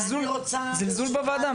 זה זלזול בוועדה.